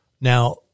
Now